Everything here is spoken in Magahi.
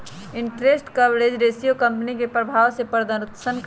इंटरेस्ट कवरेज रेशियो कंपनी के प्रभाव के प्रदर्शन करइ छै